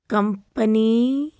company